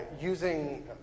using